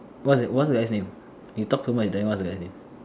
what that what that guy's name you talk so much you don't even know what's the guy's name